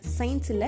science